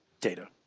data